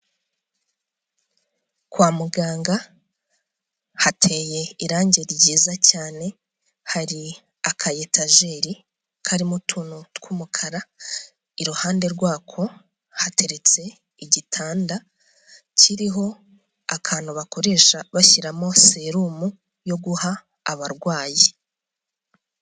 Kwa muganga hateye irangi ryiza cyane hari akayetajeri karimo utuntu tw'umukara iruhande rwako hateretse igitanda kiriho akantu bakoresha bashyiramo serumu yo guha abarwayi.